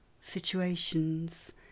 situations